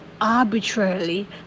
arbitrarily